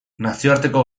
nazioarteko